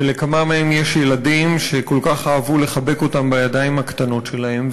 ולכמה מהם יש ילדים שכל כך אהבו לחבק אותם בידיים הקטנות שלהם,